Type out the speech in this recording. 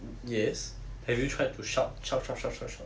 mm yes have you tried to shout shout shout shout shout shout